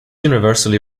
universally